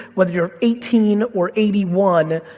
whether you're eighteen or eighty one,